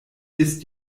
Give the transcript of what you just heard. ist